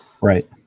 right